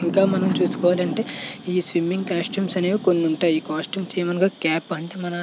ఇంకా మనం చూసుకోవాలంటే ఈ స్విమ్మింగ్ కాస్ట్యూమ్స్ అనేవి కొన్ని ఉంటాయి కాస్ట్యూమ్స్ ఏమనగా క్యాప్ అంటే మన